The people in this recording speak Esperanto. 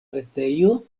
retejo